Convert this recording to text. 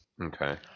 Okay